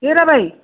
Hirabai